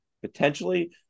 potentially